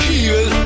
Heal